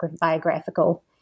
biographical